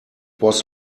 was